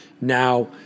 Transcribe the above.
Now